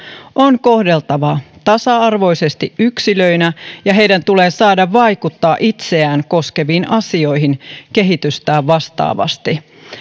on kohdeltava tasa arvoisesti yksilöinä ja heidän tulee saada vaikuttaa itseään koskeviin asioihin kehitystään vastaavasti